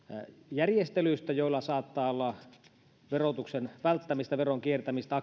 järjestelyistä joissa saattaa olla kyse verotuksen välttämisestä veronkiertämisestä